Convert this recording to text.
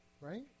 right